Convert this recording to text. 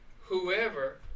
whoever